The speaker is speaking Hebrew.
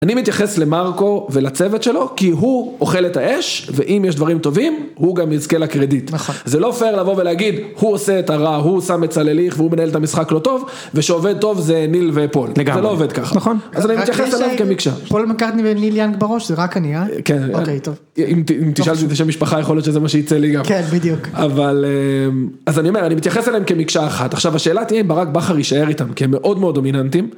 אני מתייחס למרקו ולצוות שלו כי הוא אוכל את האש ואם יש דברים טובים הוא גם יזכה לקרדיט. זה לא פייר לבוא ולהגיד הוא עושה את הרע הוא שם את צלליך ווהוא מנהל את המשחק לא טוב ושעובד טוב זה ניל ופול. לגמרי. זה לא עובד ככה. נכון. אז אני מתייחס אליהם כמקשה. פול מקרטני וניל ינג בראש זה רק אני אה? כן. אוקיי טוב. אם תשאל אותי על שם משפחה יכול להיות שזה מה שייצא לי גם. כן בדיוק. אבל אז אני אומר אני מתייחס אליהם כמקשה אחת עכשיו השאלה תהיה אם ברק בכר יישאר איתם כי הם מאוד מאוד דומיננטים.